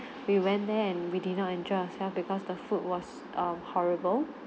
we went there and we did not enjoy ourselves because the food was um horrible